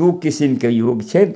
दू किसिमके योग छै